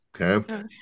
Okay